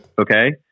Okay